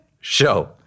Show